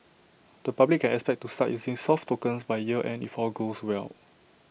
the public can expect to start using soft tokens by year end if all goes well